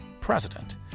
President